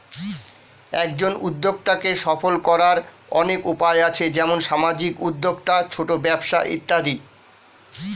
একজন উদ্যোক্তাকে সফল করার অনেক উপায় আছে, যেমন সামাজিক উদ্যোক্তা, ছোট ব্যবসা ইত্যাদি